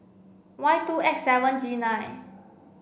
Y two X seven G nine